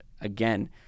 again